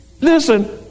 Listen